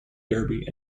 derby